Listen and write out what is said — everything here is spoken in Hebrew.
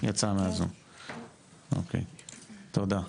יצא מהזום, אוקי, תודה.